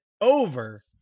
over